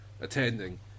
attending